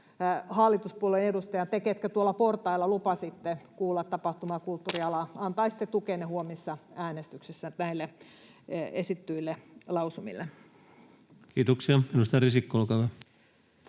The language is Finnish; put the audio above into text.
hallituspuolueiden edustajat — te, ketkä tuolla portailla lupasitte kuulla tapahtuma‑ ja kulttuurialaa — antaisitte huomisessa äänestyksessä tukenne näille esitetyille lausumille. Kiitoksia. — Edustaja Risikko, olkaa hyvä.